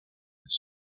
this